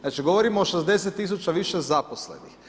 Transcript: Znači govorimo o 60 tisuća više zaposlenih.